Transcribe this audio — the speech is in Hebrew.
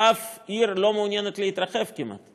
אף עיר לא מעוניינת להתרחב כמעט.